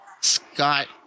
Scott